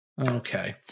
Okay